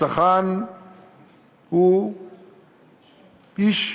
הצרכן הוא איש,